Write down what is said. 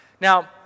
Now